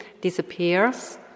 disappears